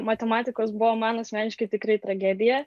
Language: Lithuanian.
matematikos buvo man asmeniškai tikrai tragedija